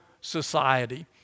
society